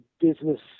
business